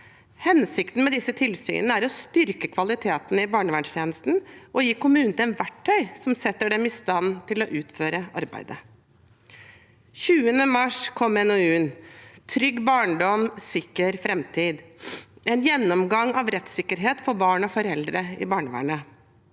Hensikten med disse tilsynene er å styrke kvaliteten i barnevernstjenesten og gi kommunene verktøy som setter dem i stand til å utføre arbeidet. Den 20. mars kom NOU-en «Trygg barndom, sikker fremtid. Gjennomgang av rettssikkerheten for barn og foreldre i barnevernet».